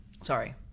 sorry